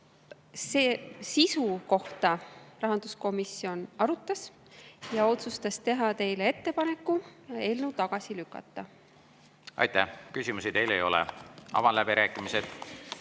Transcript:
Sisu rahanduskomisjon arutas ja otsustas teha teile ettepaneku eelnõu tagasi lükata. Aitäh! Küsimusi teile ei ole. Avan läbirääkimised.